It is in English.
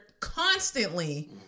constantly